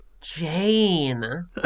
Jane